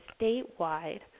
statewide